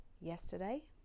yesterday